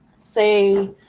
say